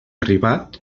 arribat